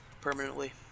permanently